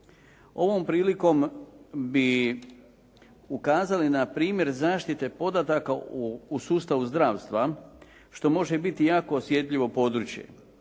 Ovom prilikom bi ukazali na primjer zaštite podataka u sustavu zdravstva što može biti jako osjetljivo područje.